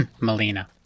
Melina